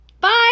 Bye